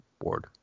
board